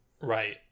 Right